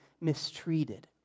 mistreated